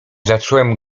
zacząłem